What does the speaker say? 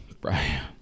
Brian